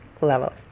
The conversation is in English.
levels